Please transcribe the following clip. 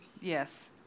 Yes